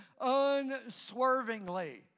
unswervingly